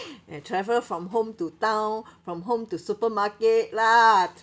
and travel from home to town from home to supermarket lah